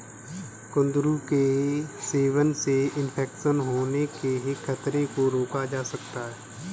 कुंदरू के सेवन से इन्फेक्शन होने के खतरे को रोका जा सकता है